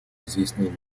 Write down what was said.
разъяснения